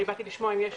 אני באתי לשמוע אם יש